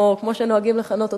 או כמו שנוהגים לכנות אותה,